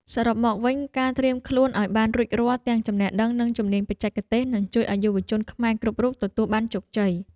សរុបមកវិញ ការត្រៀមខ្លួនឱ្យបានរួចរាល់ទាំងចំណេះដឹង និងជំនាញបច្ចេកទេសនឹងជួយឱ្យយុវជនខ្មែរគ្រប់រូបទទួលបានជោគជ័យ។